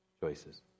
choices